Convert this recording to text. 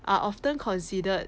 are often considered